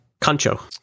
Concho